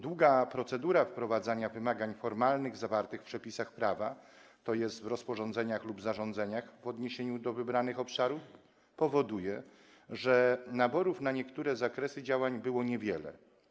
Długa procedura wprowadzania wymagań formalnych zawartych w przepisach prawa, tj. w rozporządzeniach lub zarządzeniach w odniesieniu do wybranych obszarów, powoduje, że naborów na niektóre zakresy działań było niewiele.